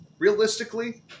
Realistically